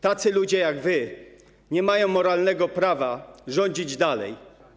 Tacy ludzie jak wy nie mają moralnego prawa rządzić dalej.